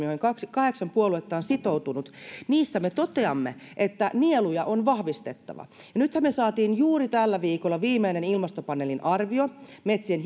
kahdeksan puoluetta on sitoutunut siihen niissä me toteamme sen että nieluja on vahvistettava ja nythän me saimme juuri tällä viikolla viimeisimmän ilmastopaneelin arvion metsien